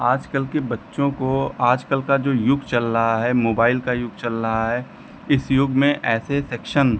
आजकल के बच्चों को आज कल का जो युग चल रहा है मोबाइल का युग चल रहा है इस युग में ऐसे सेक्शन